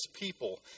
people